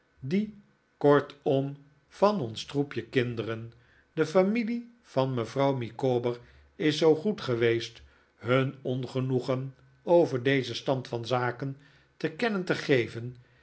die kortom van ons troepje kinderen de familie van mevrouw micawber is zoo goed geweest hun ongenoegen over dezen stand yan zaken te kenhen te geven